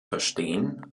verstehen